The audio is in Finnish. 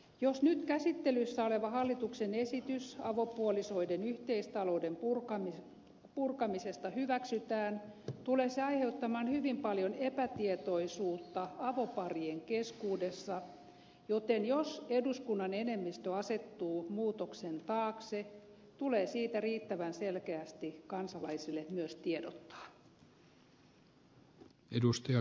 jos nyt käsittelyssä oleva hallituksen esitys avopuolisoiden yhteistalouden purkamisesta hyväksytään tulee se aiheuttamaan hyvin paljon epätietoisuutta avoparien keskuudessa joten jos eduskunnan enemmistö asettuu muutoksen taakse tulee siitä riittävän selkeästi kansalaisille myös tiedottaa